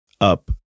up